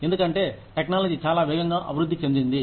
ఎందుకంటే టెక్నాలజీ చాలా వేగంగా అభివృద్ధి చెందింది